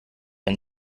ein